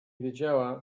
wiedziała